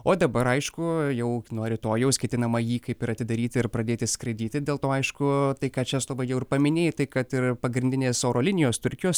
o dabar aišku jau nuo rytojaus ketinama jį kaip ir atidaryti ir pradėti skraidyti dėl to aišku tai ką česlovai jau ir paminėjai tai kad ir pagrindinės oro linijos turkijos